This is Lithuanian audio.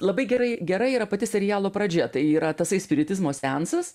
labai gerai gera yra pati serialo pradžia tai yra tasai spiritizmo seansas